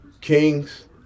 Kings